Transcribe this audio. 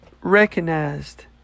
recognized